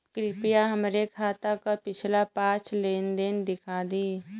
कृपया हमरे खाता क पिछला पांच लेन देन दिखा दी